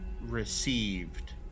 received